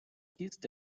kissed